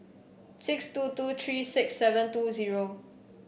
six two two three six seven two zero